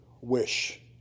wish